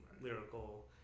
lyrical